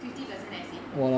fifty percent as in